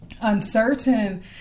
Uncertain